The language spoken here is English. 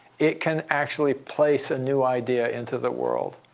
it can actually place a new idea into the world.